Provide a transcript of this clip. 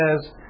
says